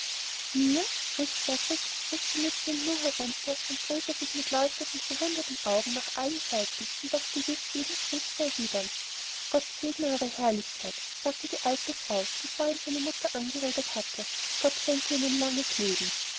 riß die mütze im nu herunter und drehte sich mit leuchtenden verwunderten augen nach allen seiten um doch gewiß jeden gruß zu erwidern gott segne eure herrlichkeit sagte die alte frau die vorhin seine mutter angeredet hatte gott schenke ihnen langes leben